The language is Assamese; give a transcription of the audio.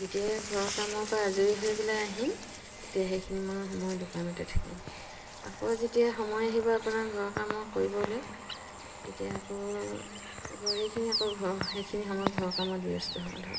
যেতিয়া ঘৰ কামৰ পৰা আজৰি হৈ পেলাই আহিম তেতিয়া সেইখিনি মই সময় দোকানতে থাকিম আকৌ যেতিয়া সময় আহিব আপোনাৰ ঘৰ কাম কৰিবলৈ তেতিয়া আকৌ ঘৰ সেইখিনি আকৌ ঘৰ সেইখিনি সময় ঘৰৰ কামত ব্যস্ত হওঁ ধৰক